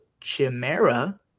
Chimera